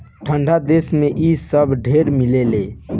ठंडा देश मे इ सब ढेर मिलेला